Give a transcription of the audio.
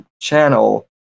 channel